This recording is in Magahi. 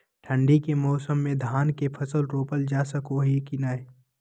ठंडी के मौसम में धान के फसल रोपल जा सको है कि नय?